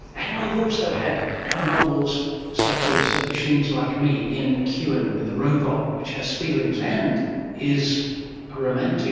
and we've also had novels such as machines like me, ian mcewan, with a robot which has feelings and is a romantic